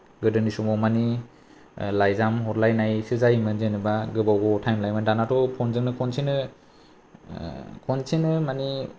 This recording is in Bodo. गोदोनि समाव माने लाइजाम हरलायनायसो जायोमोन जेनेबा गोबाव गोबाव टाइम लायोमोन दानाथ' फनजोंनो खनसेनो खनसेनो माने